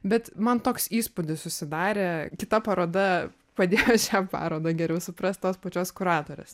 bet man toks įspūdis susidarė kita paroda padėjo šią parodą geriau suprast tos pačios kuratorės